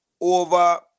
over